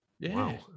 Wow